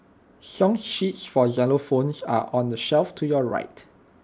song sheets for xylophones are on the shelf to your right